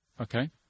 Okay